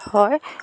হয়